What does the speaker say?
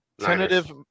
tentative